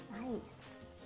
Nice